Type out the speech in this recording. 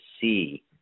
see